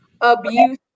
abuse